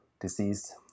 disease